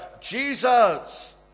Jesus